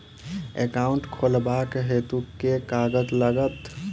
Account खोलाबक हेतु केँ कागज लागत?